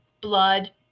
blood